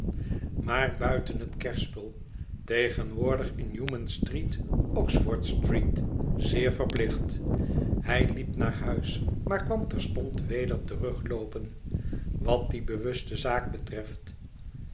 maar buiten het kerspel tegenwoordig innewman street oxford street zeer verplicht hij liep naar huis maar kwam terstond weder terugloopen wat die bewuste zaak betreft